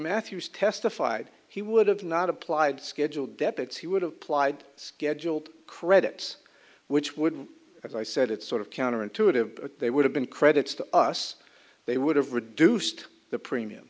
matthews testified he would have not applied schedule deputes he would have plied scheduled credits which would as i said it's sort of counterintuitive they would have been credits to us they would have reduced the premium